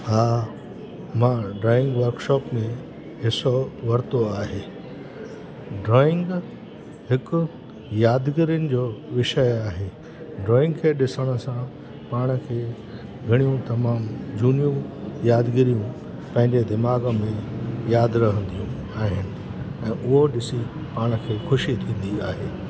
हा मां drawing workshop में हिसो वरितो आहे ड्रॉइंग हिकु यादगीरियुनि जो विषय आहे ड्रॉइंग खे ॾिसण सां पाण खे घणियूं तमामु झूनियूं यादगीरियूं पंहिंजे दिमाग़ में यादि रहंदियूं आहिनि ऐं उहो ॾिसी पाण खे ख़ुशी थींदी आहे